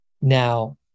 Now